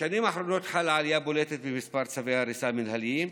בשנים האחרונות חלה עלייה בולטת במספר צווי ההריסה המינהליים,